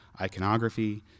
iconography